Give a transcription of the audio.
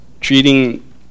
treating